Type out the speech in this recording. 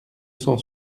cent